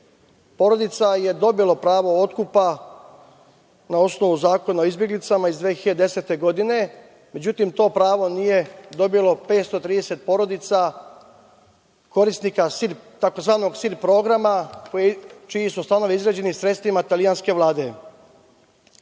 porodica je dobilo pravo otkupa na osnovu Zakona o izbeglicama iz 2010. godine. Međutim, to pravo nije dobilo 530 porodica, korisnika tzv. SIR programa, čiji su stanovi izgrađeni sredstvima italijanske vlade.